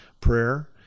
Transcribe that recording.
prayer